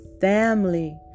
family